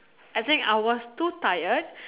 I think I was too tired